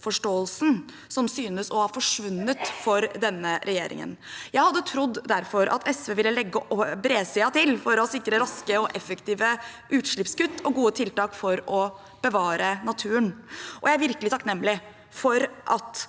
virkelighetsforståelsen som synes å ha forsvunnet for denne regjeringen. Jeg hadde derfor trodd at SV ville legge bredsiden til for å sikre raske og effektive utslippskutt og gode tiltak for å bevare naturen, og jeg er virkelig takknemlig for at